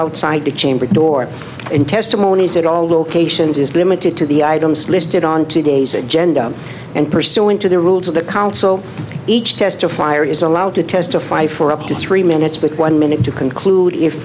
outside the chamber door in testimonies at all locations is limited to the items listed on today's agenda and pursuant to the rules of the council each testifier is allowed to testify for up to three minutes with one minute to conclude if